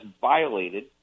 violated